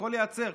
הכול ייעצר,